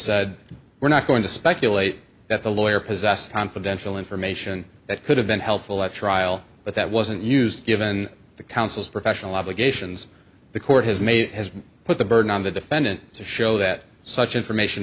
said we're not going to speculate that the lawyer possessed confidential information that could have been helpful at trial but that wasn't used given the counsel's professional obligations the court has made has put the burden on the defendant to show that such information